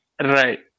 Right